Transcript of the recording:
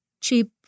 cheap